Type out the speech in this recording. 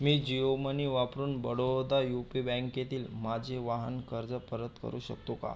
मी Jio money वापरून Baroda U P बँकेतील माझे वाहन कर्ज परत करू शकतो का